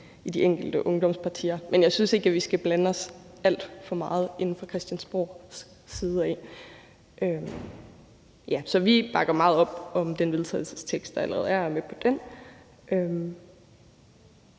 i de enkelte ungdomspartier. Men jeg synes ikke, at vi skal blande os alt for meget i det fra Christiansborgs side. Så vi bakker meget op om den vedtagelsestekst, der allerede er, og vi er